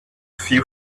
few